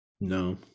No